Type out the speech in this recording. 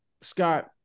Scott